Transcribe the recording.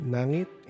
Nangit